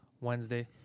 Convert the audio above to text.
Wednesday